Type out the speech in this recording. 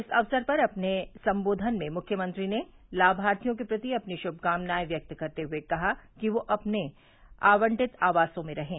इस अवसर पर अपने सम्बोधन में मुख्यमंत्री ने लामार्थियों के प्रति अपनी शुभकामनाएं व्यक्त करते हुए कहा कि वे अपने आवंटित आवासों में रहें